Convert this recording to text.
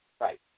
Right